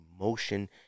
emotion